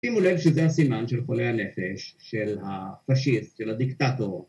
‫שימו לב שזה הסימן של חולי הנפש, ‫של הפשיסט, של הדיקטטור.